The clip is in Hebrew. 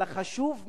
אבל החשוב מכול: